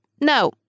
no